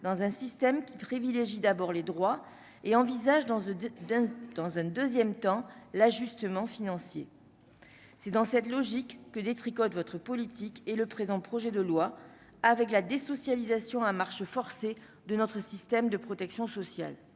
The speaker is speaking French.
dans un système qui privilégie d'abord les droits et envisage dans dans un 2ème temps l'ajustement financier. C'est dans cette logique que des tricots de votre politique et le présent projet de loi avec la désocialisation à marche forcée de notre système de protection sociale,